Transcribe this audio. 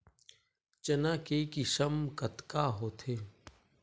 चना के किसम कतका होथे?